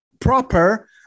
proper